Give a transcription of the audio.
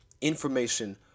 information